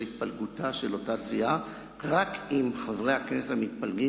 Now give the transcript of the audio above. התפלגותה של אותה סיעה רק אם חברי הכנסת המתפלגים